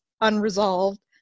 unresolved